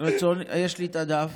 יש לי את הדף,